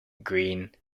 greene